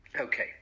Okay